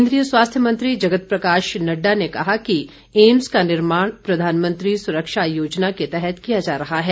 केन्द्रीय स्वास्थ्य मंत्री जगत प्रकाश नड्डा ने कहा कि एम्स का निर्माण प्रधानमंत्री सुरक्षा योजना के तहत किया जा रहा है